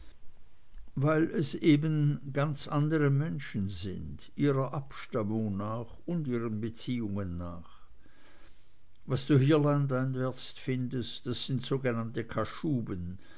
weil es eben ganz andere menschen sind ihrer abstammung nach und ihren beziehungen nach was du hier landeinwärts findest das sind sogenannte kaschuben